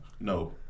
No